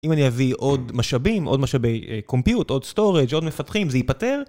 אם אני אביא עוד משאבים, עוד משאבי קומפיוט, עוד סטורג' עוד מפתחים, זה ייפתר?